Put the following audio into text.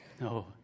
No